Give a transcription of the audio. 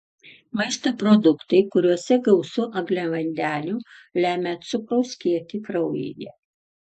maisto produktai kuriuose gausu angliavandenių lemia cukraus kiekį kraujyje